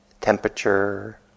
temperature